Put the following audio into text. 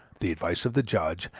the advice of the judge,